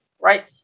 Right